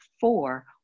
four